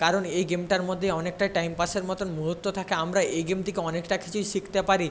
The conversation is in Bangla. কারণ এই গেমটার মধ্যে অনেকটা টাইম পাসের মতন মুহূর্ত থাকে আমরা এই গেম থেকে অনেকটা কিছুই শিখতে পারি